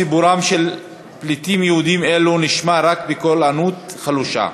סיפורם של פליטים יהודים אלה נשמע רק בקול ענות חלושה.